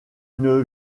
une